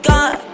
God